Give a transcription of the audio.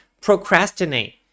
procrastinate